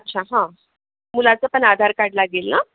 अच्छा हं मुलाचं पण आधार कार्ड लागेल ना